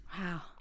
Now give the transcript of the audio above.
Wow